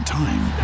time